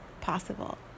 possible